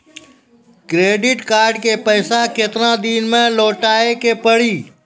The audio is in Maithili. क्रेडिट कार्ड के पैसा केतना दिन मे लौटाए के पड़ी?